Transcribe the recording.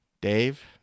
dave